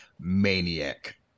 maniac